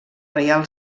reial